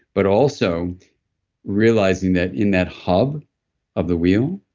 but also realizing that in that hub of the wheel,